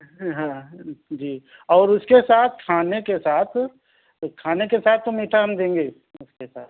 ہاں جی اور اس کے ساتھ کھانے کے ساتھ کھانے کے ساتھ تو میٹھا ہم دیں گے اس کے ساتھ